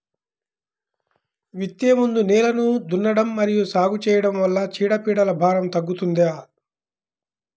విత్తే ముందు నేలను దున్నడం మరియు సాగు చేయడం వల్ల చీడపీడల భారం తగ్గుతుందా?